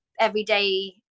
everyday